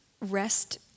rest